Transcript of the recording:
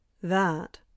That